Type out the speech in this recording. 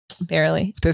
Barely